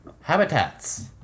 Habitats